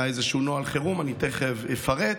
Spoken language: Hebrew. היה איזשהו נוהל חירום, אני תכף אפרט.